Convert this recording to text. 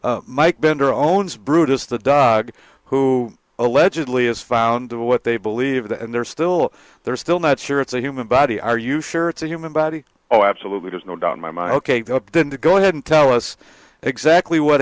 mike bender owns brutus the dog who allegedly has found what they believed and they're still there still not sure it's a human body are you sure it's a human body oh absolutely there's no doubt in my mind ok go up then to go ahead and tell us exactly what